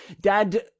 Dad